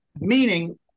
meaning